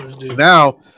Now